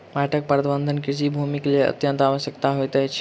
माइट प्रबंधन कृषि भूमिक लेल अत्यंत आवश्यक होइत अछि